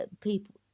people